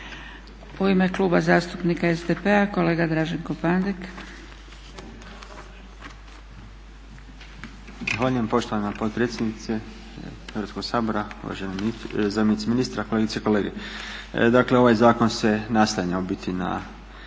U ime Kluba zastupnika SDP-a kolega Draženko Pandek. **Pandek, Draženko (SDP)** Zahvaljujem poštovana potpredsjednice Hrvatskog sabora. Uvažena zamjenice ministra, kolegice i kolege. Dakle ovaj zakon se naslanja u biti na